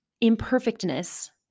imperfectness